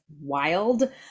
wild